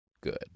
good